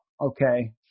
Okay